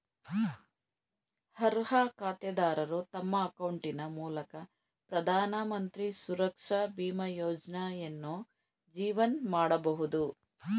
ಅರ್ಹ ಖಾತೆದಾರರು ತಮ್ಮ ಅಕೌಂಟಿನ ಮೂಲಕ ಪ್ರಧಾನಮಂತ್ರಿ ಸುರಕ್ಷಾ ಬೀಮಾ ಯೋಜ್ನಯನ್ನು ಜೀವನ್ ಮಾಡಬಹುದು